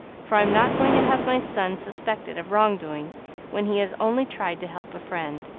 for i'm not going to have my son suspected of wrong-doing when he has only tried to help a friend,